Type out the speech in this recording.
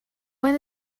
when